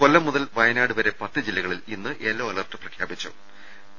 കൊല്ലം മുതൽ വയനാട് വരെ പത്ത് ജില്ലകളിൽ ഇന്ന് യെല്ലോ അലർട്ട് പ്രഖ്യാപിച്ചിട്ടുണ്ട്